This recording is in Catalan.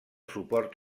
suport